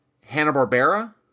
hanna-barbera